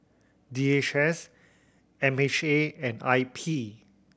D H S M H A and I P